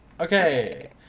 Okay